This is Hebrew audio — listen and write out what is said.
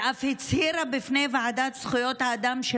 ואף הצהירה בפני ועדת זכויות האדם של